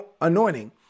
anointing